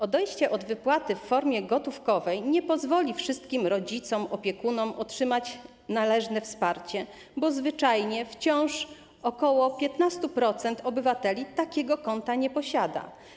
Odejście od wypłaty w formie gotówkowej nie pozwoli wszystkim rodzicom, opiekunom na otrzymanie należnego wsparcia, bo zwyczajnie wciąż ok. 15% obywateli takiego konta nie posiada.